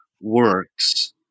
works